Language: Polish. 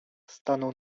stanął